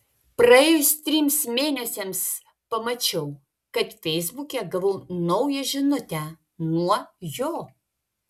praėjus trims mėnesiams pamačiau kad feisbuke gavau naują žinutę nuo jo